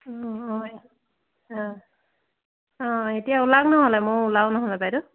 অঁ অঁ অঁ এতিয়া ওলাওক নহ'লে মইয়ো ওলাও নহ'লে বাইদেউ